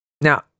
Now